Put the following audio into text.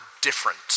different